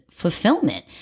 fulfillment